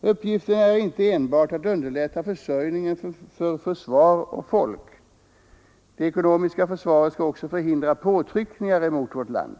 Uppgiften är inte enbart att underlätta försörjningen för försvar och folk. Det ekonomiska försvaret skall också förhindra påtryckningar mot vårt land.